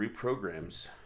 reprograms